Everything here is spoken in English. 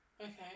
okay